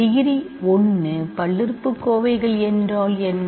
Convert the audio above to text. degree 1 பல்லுறுப்புக்கோவைகள் என்றால் என்ன